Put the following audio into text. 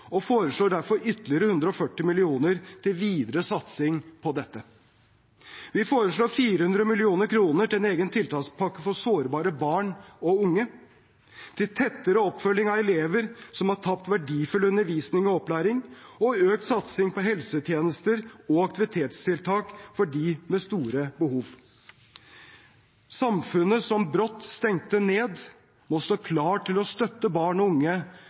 og foreslår derfor ytterligere 140 mill. kr til videre satsing på dette. Vi foreslår 400 mill. kr til en egen tiltakspakke for sårbare barn og unge, til tettere oppfølging av elever som har tapt verdifull undervisning og opplæring, og økt satsing på helsetjenester og aktivitetstiltak for dem med store behov. Samfunnet som brått stengte ned, må stå klart til å støtte barn og unge